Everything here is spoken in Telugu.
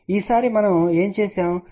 మరియు ఈసారి మనము ఏమి చేసాము